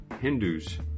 Hindus